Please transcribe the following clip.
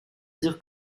dire